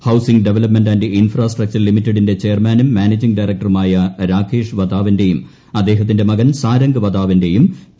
housing development and infrastructure ലിമിറ്റഡിന്റെ ചെയർമാനും managing ഡയറക്ടറുമായ രാകേഷ് വദാവന്റേയും അദ്ദേഹത്തിന്റെ മകൻ സാരംഗ് വദാവന്റേയും പി